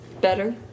Better